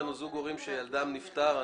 נמצא אתנו זוג הורים שילדם נפטר.